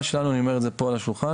בהחלט.